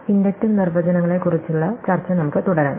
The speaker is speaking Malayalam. ഇൻഡക്റ്റീവ് നിർവചനങ്ങളെക്കുറിച്ചുള്ള ചർച്ച നമുക്ക് തുടരാം